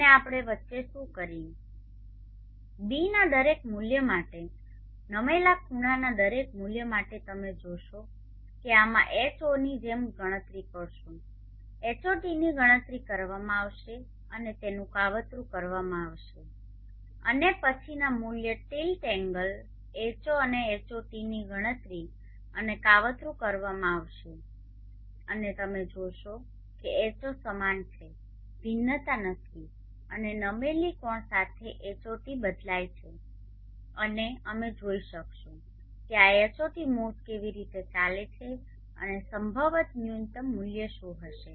અને આપણે વચ્ચે શું કરીએ ß ના દરેક મૂલ્ય માટે નમેલા ખૂણાના દરેક મૂલ્ય માટે તમે જોશો જો કે આમાં H0 ની જેમ ગણતરી કરીશું Hot ની ગણતરી કરવામાં આવશે અને તેનું કાવતરું કરવામાં આવશે અને પછીના મૂલ્ય ટિલ્ટ એંગલ H0 અને Hot ની ગણતરી અને કાવતરું કરવામાં આવશે અને તમે જોશો કે H0 સમાન છે ભિન્નતા નથી અને નમેલી કોણ સાથે Hot બદલાય છે અને અમે જોઈ શકીશું કે આ Hot મૂવ્સ કેવી રીતે ચાલે છે અને સંભવત ન્યુનત્તમ મૂલ્ય શું હશે